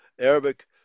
Arabic